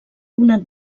una